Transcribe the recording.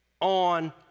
on